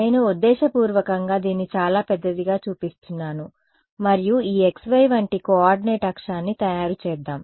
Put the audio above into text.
నేను ఉద్దేశపూర్వకంగా దీన్ని చాలా పెద్దదిగా చూపిస్తున్నాను మరియు ఈ xy వంటి కోఆర్డినేట్ అక్షాన్ని తయారు చేద్దాం